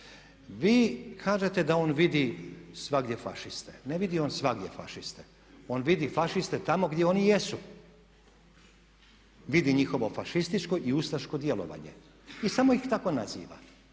Vi kažete da ondje vidi svagdje fašiste. Ne vidi on svagdje Fašiste, on vidi Fašiste tamo gdje oni jesu. Vidi njihovo fašističko i ustaško djelovanje i samo ih tako naziva.